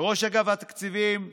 ראש אגף התקציבים אומר: